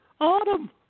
Autumn